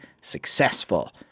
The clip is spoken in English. successful